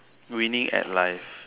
winning at life